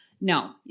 No